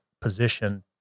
position